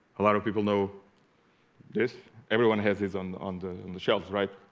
a lot of people know this everyone has is on and and the shelves right